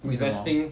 investing